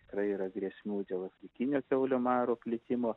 tikrai yra grėsmių dėl afrikinio kiaulių maro plitimo